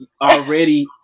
Already